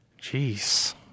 jeez